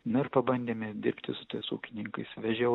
nu ir pabandėme dirbti su tais ūkininkais vežiau